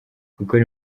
gukora